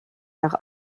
nach